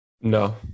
No